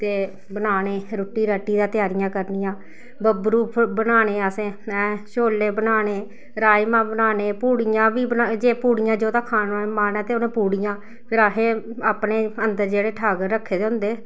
ते बनान्नें रुट्टी राट्टी दा त्यारियां करनियां बब्बरू फिर बनाने असें ऐं शोले बनाने राजमांह् बनाने पूड़ियां बी बना जे पूड़ियां जोह्दा खाने दा मन ऐ ते उ'न्नै पूड़िया फिर असें अपने अंदर जेह्ड़े ठाकर रक्खे दे होंदे